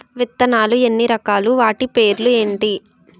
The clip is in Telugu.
విత్తనాలు ఎన్ని రకాలు, వాటి పేర్లు ఏంటి?